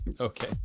okay